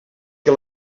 que